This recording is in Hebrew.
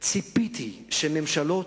ציפיתי שממשלות,